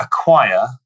acquire